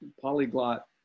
polyglot